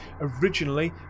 originally